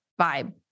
vibe